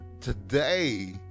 Today